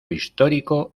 histórico